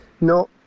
no